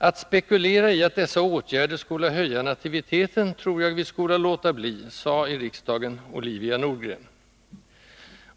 ”Att spekulera i att dessa åtgärder skola höja nativiteten tror jag vi skola låta bli”, sade i riksdagen Olivia Nordgren.